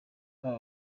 baba